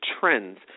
trends